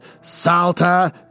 Salta